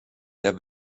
der